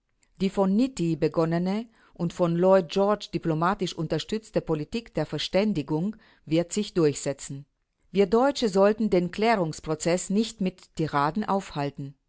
die von nitti begonnene und von lloyd george diplomatisch unterstützte politik der verständigung wird sich durchsetzen wir deutsche sollten den klärungsprozeß nicht mit tiraden aufhalten